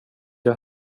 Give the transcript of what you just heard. jag